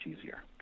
easier